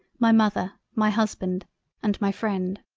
my mother, my husband and my freind.